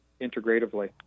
integratively